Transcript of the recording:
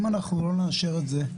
אם אנחנו לא נאשר את זה,